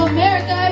America